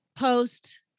post